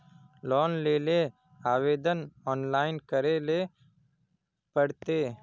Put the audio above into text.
Loan लेले आवेदन online करे ले पड़ते?